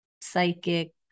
psychic